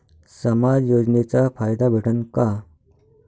समाज योजनेचा फायदा भेटन का?